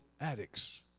addicts